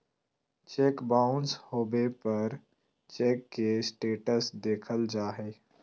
cheque bounce होबे पर check के स्टेटस देखल जा हइ